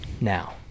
now